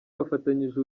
bafatanyije